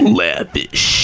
lavish